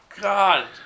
God